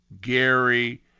Gary